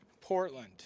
Portland